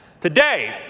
today